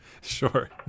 Sure